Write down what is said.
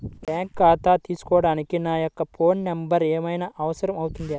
Bank ఖాతా తీసుకోవడానికి నా యొక్క ఫోన్ నెంబర్ ఏమైనా అవసరం అవుతుందా?